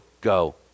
go